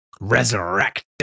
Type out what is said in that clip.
resurrect